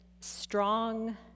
strong